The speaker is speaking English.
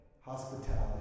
hospitality